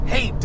Hey